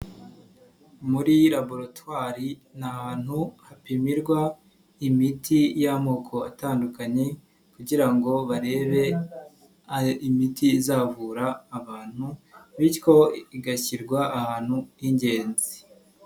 Muri laboratwari ni ahantu hapimirwa imiti y'amoko atandukanye kugira ngo barebe imiti izavura abantu bityo igashyirwa ahantu h'ingenzi.